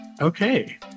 Okay